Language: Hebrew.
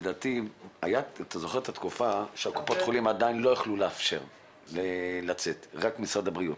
הייתה תקופה שקופות החולים לא יכלו לאפשר לצאת אלא רק משרד הבריאות